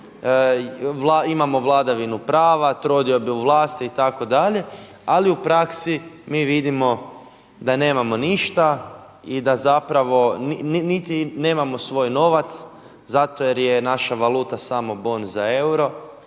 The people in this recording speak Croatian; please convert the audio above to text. imamo vladavinu prava, trodiobu vlasti itd., ali u praksi mi vidimo da nemamo ništa i da zapravo niti nemamo svoj novac zato jer je naša valuta samo bon za euro,